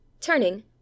Turning